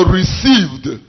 received